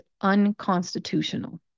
unconstitutional